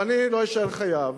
ואני לא אשאר חייב